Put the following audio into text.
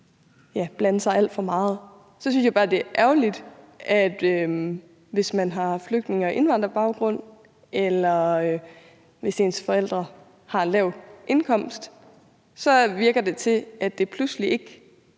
blande sig alt for meget, synes jeg bare, det er ærgerligt, at det her virker til, at hvis man har flygtninge- og indvandrerbaggrund, eller hvis ens forældre har en lav indkomst, så er det pludselig ikke